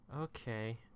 Okay